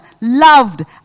loved